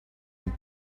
und